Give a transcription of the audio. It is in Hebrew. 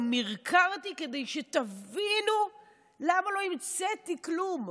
גם מרקרתי, כדי שתבינו למה לא המצאתי כלום.